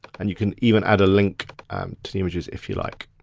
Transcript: and you can even add a link to the images if you like.